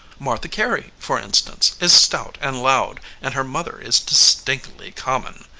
martha carey, for instance, is stout and loud, and her mother is distinctly common.